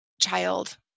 child